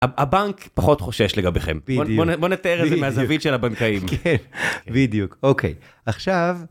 הבנק פחות חושש לגביכם. בדיוק. בוא נתאר איזה מהזווית של הבנקאים. כן, בדיוק. אוקיי, עכשיו...